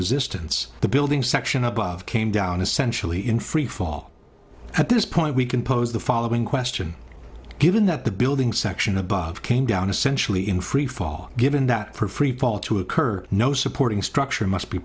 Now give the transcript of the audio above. resistance the building section above came down essentially in free fall at this point we can pose the following question given that the building section above came down essentially in free fall given that for freefall to occur no supporting structure must be